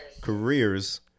careers